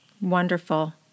Wonderful